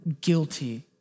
guilty